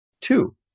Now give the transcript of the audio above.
two